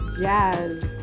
jazz